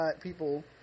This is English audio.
people